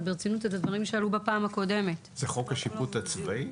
זהו חוק השיפוט הצבאי?